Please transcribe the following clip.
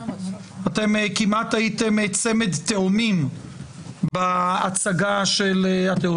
אתם כמעט הייתם צמד תאומים בהצגה של הצעת החוק.